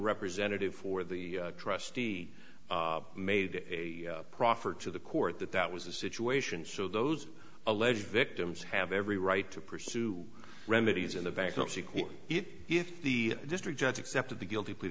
representative for the trustee made a proffer to the court that that was the situation so those alleged victims have every right to pursue remedies in the bankruptcy court it if the district judge accepted the guilty